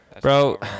Bro